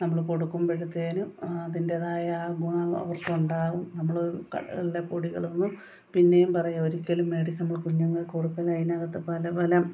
നമ്മൾ കൊടുക്കുമ്പോഴത്തേനും അതിൻ്റേതായ ആ ഗുണം അവർക്കുണ്ടാകും നമ്മൾ കടകളിലെ പൊടികളൊന്നും പിന്നെയും പറയാ ഒരിക്കലും മേടിച്ചു നമ്മൾ കുഞ്ഞുങ്ങൾക്ക് കൊടുക്കല്ലേ അതിനകത്ത് പല പല